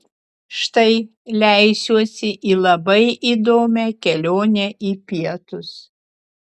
štai leisiuosi į labai įdomią kelionę į pietus